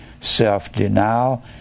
self-denial